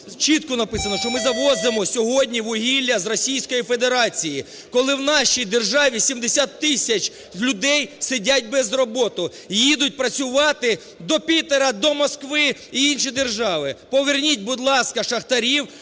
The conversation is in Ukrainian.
чітко написано, що ми завозимо сьогодні вугілля з Російської Федерації, коли в нашій державі 70 тисяч людей сидять без роботи і їдуть працювати до Пітера, до Москви і інші держави. Поверніть, будь ласка, шахтарів